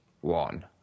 one